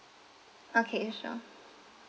okay sure